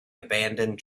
abandoned